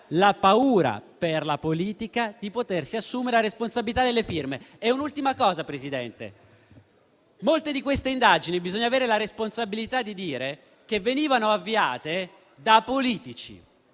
la paura per la politica di assumersi la responsabilità delle firme. Da ultimo, signor Presidente, molte di queste indagini bisogna avere la responsabilità di dire che venivano avviate da politici.